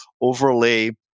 overlay